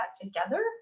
together